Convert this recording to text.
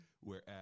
Whereas